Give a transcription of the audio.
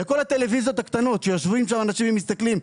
וכל הטלוויזיות הקטנות שיושבים שם אנשים ומסתכלים,